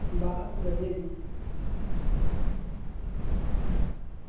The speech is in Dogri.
बस बधिया जी